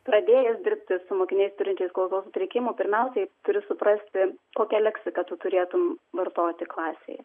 pradėjęs dirbti su mokiniais turinčiais klausos sutrikimų pirmiausiai turi suprasti kokią leksiką tu turėtum vartoti klasėje